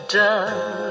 done